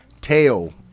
tail